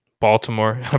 Baltimore